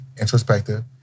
introspective